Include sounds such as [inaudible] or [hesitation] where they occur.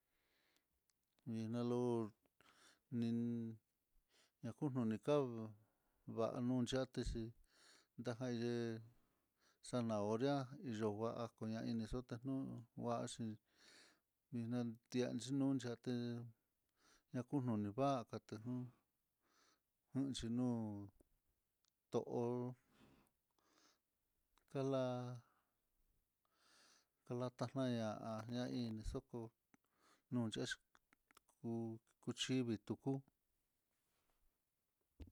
Nina lo'o nin najuju nikau nguau yatexhi ndaja ye'é zanahoria yova'a kuña inixota nunguaxhi inan tiaxhi nunyaté ñakunoni va'a katajun nunxhi nu'u, to'o kala kalataña ñaini xoko nunc [hesitation] ku kuxhivi tuku.